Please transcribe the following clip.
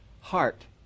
heart